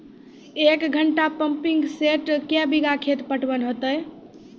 एक घंटा pumping set क्या बीघा खेत पटवन है तो?